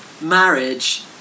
marriage